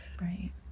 right